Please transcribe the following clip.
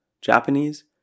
Japanese